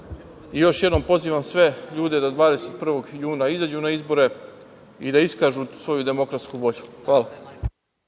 I, još jednom pozivam sve ljude da 21. juna izađu na izbore i da iskažu svoju demokratsku volju. Hvala.